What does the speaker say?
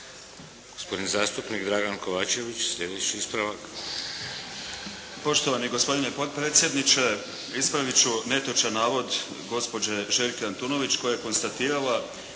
Gospodin zastupnik Dragan Kovačević, sljedeći ispravak. **Kovačević, Dragan (HDZ)** Poštovani gospodine potpredsjedniče. Ispravit ću netočan navod gospođe Željke Antunović koja je konstatirala